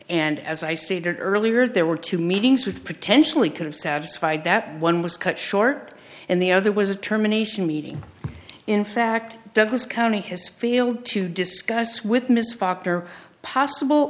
and as i stated earlier there were two meetings with potentially could have satisfied that one was cut short and the other was a terminations meeting in fact douglas county has failed to discuss with ms fucked or possible